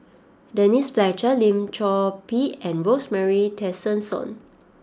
Denise Fletcher Lim Chor Pee and Rosemary Tessensohn